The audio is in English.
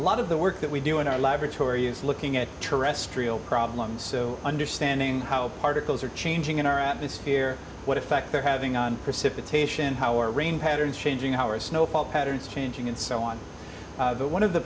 a lot of the work that we do in our laboratory is looking at terrestrial problems so understanding how particles are changing in our atmosphere what effect they're having on precipitation how our rain patterns changing our snowfall patterns changing and so on but one of the